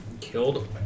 killed